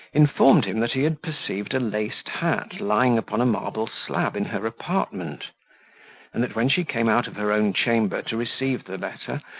informed him that he had perceived a laced hat lying upon a marble slab in her apartment and that when she came out of her own chamber to receive the letter,